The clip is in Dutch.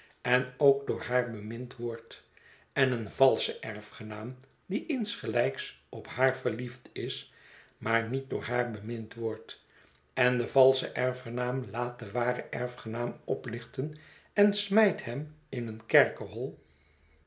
verliefd is enookdoor haar bemind wordt en een valsche erfgenaam die insgelijks op haar verliefd is maar niet door haar bemind wordt en de valsche erfgenaam iaat den waren erfgenaam oplichten en smijt hem in een kerkerhol